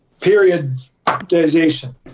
periodization